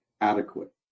adequate